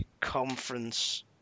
conference